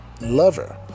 lover